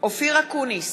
אופיר אקוניס,